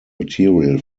material